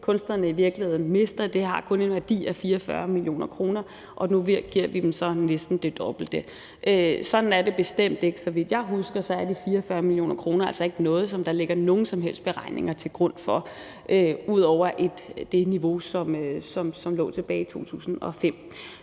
kunstnerne mister nu, kun har en værdi på 44 mio. kr., og at vi så giver dem godt det dobbelte. Sådan er det bestemt ikke. Så vidt jeg husker, er de 44 mio. kr. altså ikke et tal, som der ligger nogen som helst beregninger til grund for, ud over at det angiver det niveau, der var tilbage i 2005.